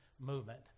movement